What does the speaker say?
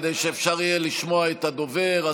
כדי שאפשר יהיה לשמוע את הדובר.